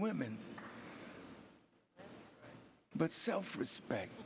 women but self respect